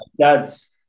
dad's